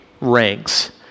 ranks